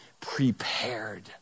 prepared